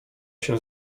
się